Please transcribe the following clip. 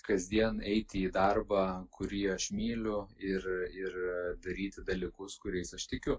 kasdien eiti į darbą kurį aš myliu ir ir daryti dalykus kuriais aš tikiu